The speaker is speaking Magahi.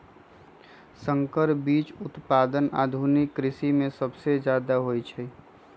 संकर बीज उत्पादन आधुनिक कृषि में सबसे जादे होई छई